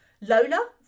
Lola